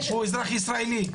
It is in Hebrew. הוא אזרח ישראלי,